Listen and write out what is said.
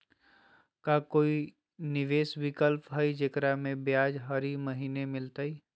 का कोई निवेस विकल्प हई, जेकरा में ब्याज हरी महीने मिलतई?